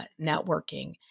networking